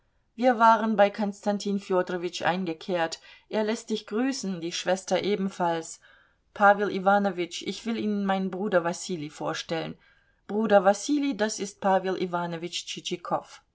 wir waren bei konstantin fjodorowitsch eingekehrt er läßt dich grüßen die schwester ebenfalls pawel iwanowitsch ich will ihnen meinen bruder wassilij vorstellen bruder wassilij das ist pawel